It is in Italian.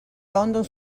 london